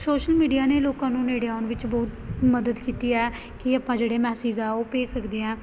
social media ਨੇ ਲੋਕਾਂ ਨੂੰ ਨੇੜੇ ਆਉਣ ਵਿੱਚ ਬਹੁਤ ਮਦਦ ਕੀਤੀ ਹੈ ਕਿ ਆਪਾਂ ਜਿਹੜੇ ਮੈਸੇਜ ਆ ਉਹ ਭੇਜ ਸਕਦੇ ਹਾਂ